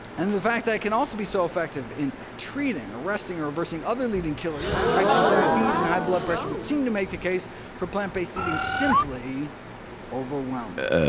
and the fact that it can also be so effective in treating, arresting, or reversing other leading killers, like type two diabetes and high blood pressure, would seem to make the case for plant-based eating simply overwhelming.